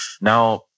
Now